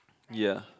ya